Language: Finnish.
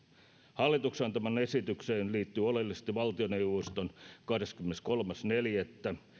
hallituksen antamaan esitykseen liittyy oleellisesti valtioneuvoston kahdeskymmeneskolmas neljättä